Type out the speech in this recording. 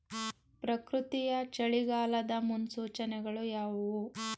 ಪ್ರಕೃತಿಯ ಚಳಿಗಾಲದ ಮುನ್ಸೂಚನೆಗಳು ಯಾವುವು?